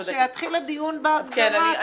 אז כשיתחיל הדיון בהגדרה --- כן,